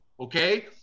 Okay